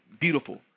beautiful